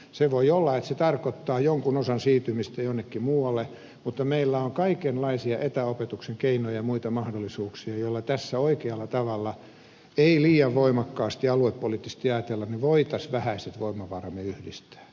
se voi olla että se tarkoittaa jonkun osan siirtymistä jonnekin muualle mutta meillä on kaikenlaisia etäopetuksen keinoja ja muita mahdollisuuksia joilla tässä oikealla tavalla ei liian voimakkaasti aluepoliittisesti ajatellen voitaisiin vähäiset voimavaramme yhdistää